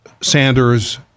Sanders